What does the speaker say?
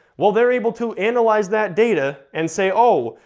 well, they're able to analyze that data and say, oh,